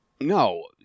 No